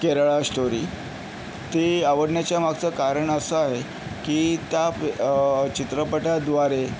Kerala story ते आवडण्याच्यामागचं कारण असं आहे की त्या चित्रपटाद्वारे